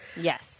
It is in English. Yes